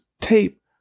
tape